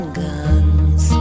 guns